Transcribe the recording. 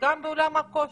וגם בעולם הכושר.